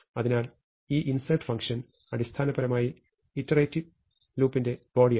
അതിനാൽ ഈ insert function അടിസ്ഥാനപരമായി ഇറ്ററേറ്റ് ലൂപ്പിന്റെ ബോഡിയാണ്